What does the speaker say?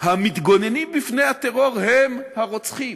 המתגוננים מפני הטרור הם הרוצחים,